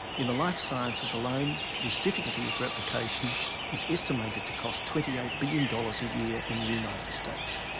in the life sciences alone, this difficulty with replication is estimated to cost twenty eight billion dollars a year in the united states.